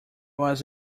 was